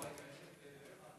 לא, יש את חאג'.